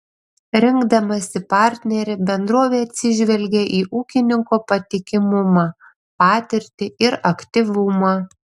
rinkdamasi partnerį bendrovė atsižvelgia į ūkininko patikimumą patirtį ir aktyvumą